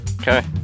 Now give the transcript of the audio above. Okay